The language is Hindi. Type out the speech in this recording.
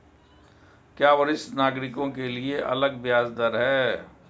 क्या वरिष्ठ नागरिकों के लिए अलग ब्याज दर है?